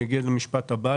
אני אגיע לזה במשפט הבא.